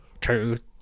truth